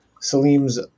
Salim's